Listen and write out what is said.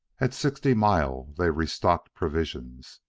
at sixty mile they restocked provisions,